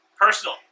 Personal